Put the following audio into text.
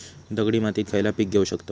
दगडी मातीत खयला पीक घेव शकताव?